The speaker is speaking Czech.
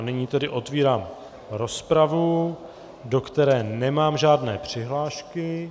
Nyní tedy otevírám rozpravu, do které nemám žádné přihlášky.